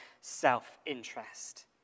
self-interest